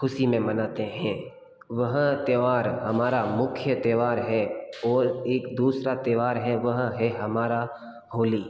खुशी में मनाते हैं वह त्यौहार हमारा मुख्य त्यौहार है और एक दूसरा त्यौहार है वह है हमारा होली